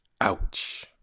Ouch